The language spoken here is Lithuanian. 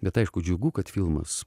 bet aišku džiugu kad filmas